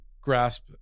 grasp